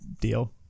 deal